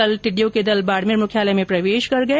कल टिड्डियों के दल बाडमेर मुख्यालय में प्रवेश कर गए